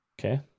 okay